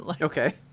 okay